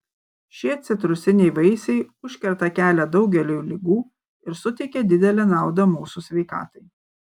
šie citrusiniai vaisiai užkerta kelią daugeliui ligų ir suteikia didelę naudą mūsų sveikatai